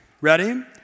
ready